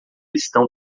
estão